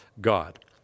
God